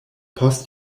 post